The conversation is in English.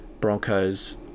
Broncos